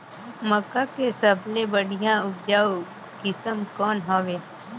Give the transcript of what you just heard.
मक्का के सबले बढ़िया उपजाऊ किसम कौन हवय?